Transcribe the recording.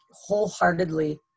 wholeheartedly